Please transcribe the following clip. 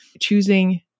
choosing